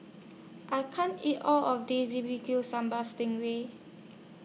I can't eat All of This B B Q Sambal Sting Ray